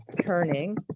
turning